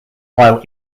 while